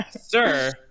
sir